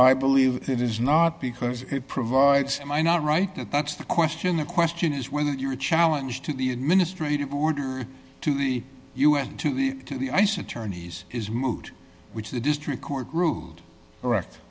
i believe it is not because it provides am i not right that that's the question the question is whether your challenge to the administrative order to the u s to the to the ice attorneys is moot which the district court ruled or act